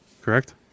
Correct